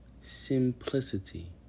simplicity